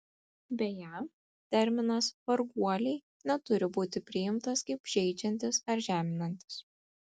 beje terminas varguoliai neturi būti priimtas kaip žeidžiantis ar žeminantis